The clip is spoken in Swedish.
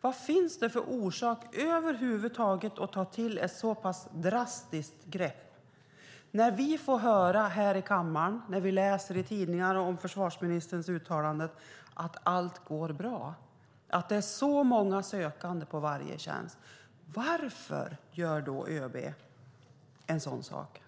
Vad finns det för orsak över huvud taget att ta till ett så pass drastiskt grepp när vi får höra här i kammaren och se när vi läser i tidningarna om försvarsministerns uttalanden att allt går bra och att det är många sökande på varje tjänst? Varför gör då ÖB en sådan sak?